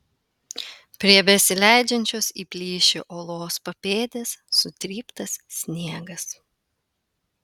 prie besileidžiančios į plyšį uolos papėdės sutryptas sniegas